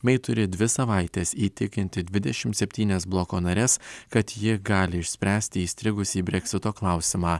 mei turi dvi savaites įtikinti dvidešimt septynias bloko nares kad ji gali išspręsti įstrigusį breksito klausimą